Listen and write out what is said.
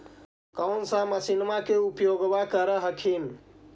कौन सा मसिन्मा मे उपयोग्बा कर हखिन?